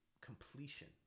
completion